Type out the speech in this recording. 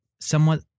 somewhat